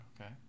okay